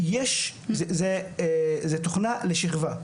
זה תוכנה לשכבה.